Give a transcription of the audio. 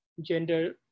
Gender